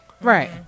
Right